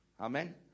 Amen